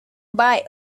buy